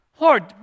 Lord